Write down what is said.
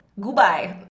goodbye